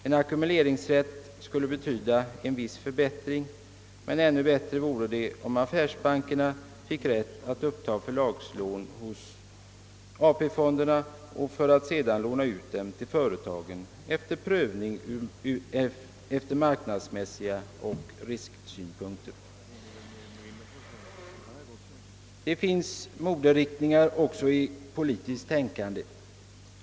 En ackumuleringsrätt skulle betyda en viss förbättring, men ännu bättre vore det om affärsbankerna fick rätt att uppta förlagslån hos AP-fonderna för att sedan låna ut medel till företagen efter prövning från marknadsoch risksynpunkter. Det finns moderiktningar också i politiskt tänkande.